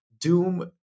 Doom